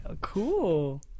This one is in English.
cool